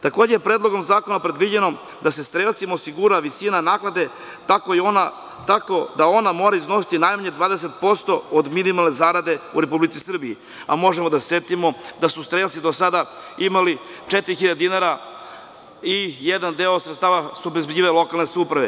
Takođe, Predlogom zakona je predviđeno da se strelcima osigura visina naknade tako da ona mora iznositi najmanje 20% od minimalne zarade u Republici Srbiji, a možemo da se setimo da su strelci do sada imali 4.000 dinara i jedan deo sredstava su obezbeđivale lokalne samouprave.